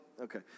Okay